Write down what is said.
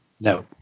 No